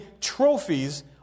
trophies